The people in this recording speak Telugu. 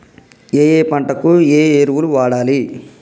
ఏయే పంటకు ఏ ఎరువులు వాడాలి?